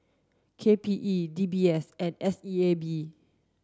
K P E D B S and S E A B